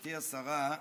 גברתי השרה,